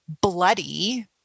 bloody